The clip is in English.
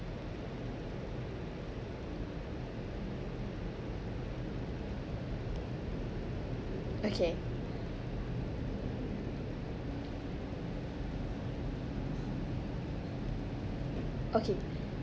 okay okay